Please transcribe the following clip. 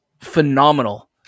phenomenal